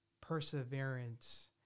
perseverance